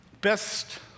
Best